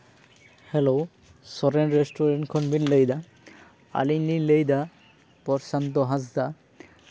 hello Soren restaurant ᱠᱷᱚᱱ ᱵᱮᱱ ᱞᱟᱹᱭ ᱮᱫᱟ ᱟᱹᱞᱤᱧ ᱞᱤᱧ ᱞᱟᱹᱭ ᱮᱫᱟ ᱯᱨᱚᱥᱟᱱᱛᱚ ᱦᱟᱸᱥᱫᱟ